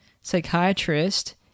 psychiatrist